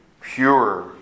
pure